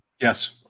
Yes